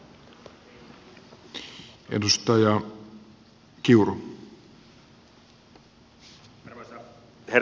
arvoisa herra puhemies